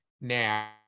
now